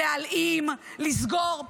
להלאים, לסגור.